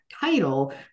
title